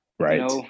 Right